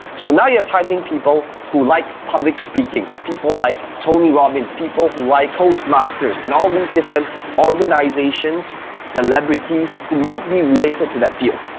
so now you are targeting people who like public speaking. people like tony robins, people who like toastmasters, and all these different organizations, celebrities, who might be related to that field.